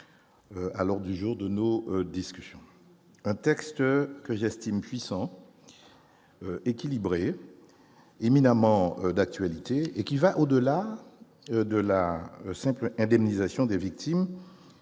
à l'ordre du jour de nos discussions. Ce texte puissant, équilibré et éminemment d'actualité me semble aller au-delà de la simple indemnisation des victimes